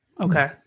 Okay